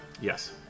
Yes